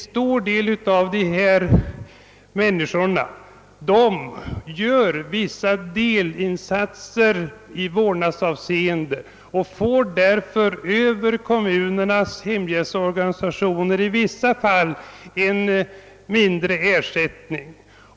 Många hemmadöttrar gör delinsatser i vårdnadshänseende och får därför genom kommunernas hemhjälpsorganisationer i dessa fall en mindre ersättning.